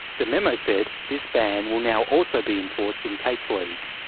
the memo said this ban will now also be enforced in kate's league.